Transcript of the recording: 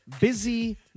busy